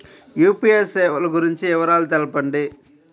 UPI సేవలు గురించి వివరాలు తెలుపండి?